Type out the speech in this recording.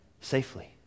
safely